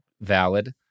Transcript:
valid